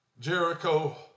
Jericho